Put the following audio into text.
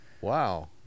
wow